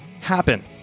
happen